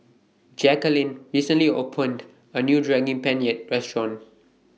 Jacquelin recently opened A New Daging Penyet Restaurant